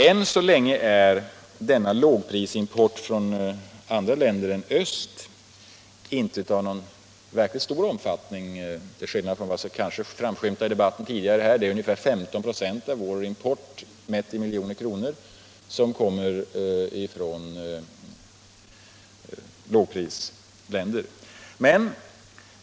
Än så länge är denna lågprisimport från andra länder än öst emellertid inte av någon verkligt stor omfattning, till skillnad från vad som kanske framskymtade i debatten. Det är ungefär 15 96 av vår import, mätt i kronor, som kommer från lågprisländer.